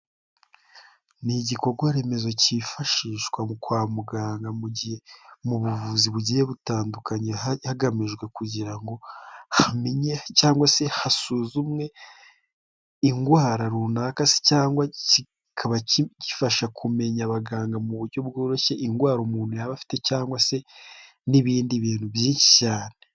Ni igikorwa remezo cyifashishwa kwa muganga mu gihe mu buvuzi bugiye butandukanye hagamijwe kugira ngo, hamenye cyangwa se hasuzumwe, indwara runaka se cyangwa kikaba gifasha kumenya abaganga mu buryo bworoshye indwara umuntu yaba afite cyangwa se n'ibindi bintu byinshi cyane.